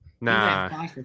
Nah